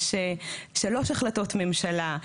יש שלוש החלטות ממשלה,